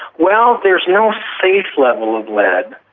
well, there's no safe level of lead,